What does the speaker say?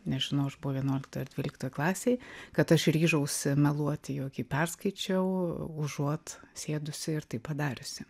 nežinau aš buvau vienuoliktoj ar dvyliktoj klasėj kad aš ryžausi meluoti jog jį perskaičiau užuot sėdusi ir tai padariusi